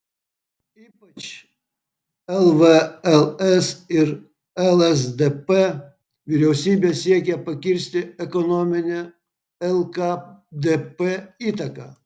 ypač lvls ir lsdp vyriausybė siekė pakirsti ekonominę lkdp įtaką